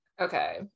Okay